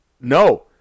no